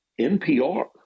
NPR